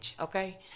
Okay